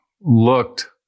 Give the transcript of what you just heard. looked